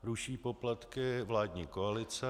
Ruší poplatky vládní koalice.